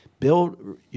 build